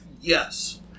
Yes